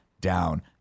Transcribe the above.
down